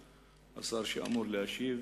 השר שאמור להשיב.